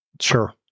Sure